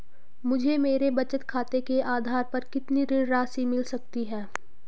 मुझे मेरे बचत खाते के आधार पर कितनी ऋण राशि मिल सकती है?